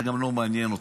זה גם לא מעניין אתכם.